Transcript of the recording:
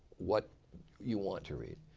what you want to read.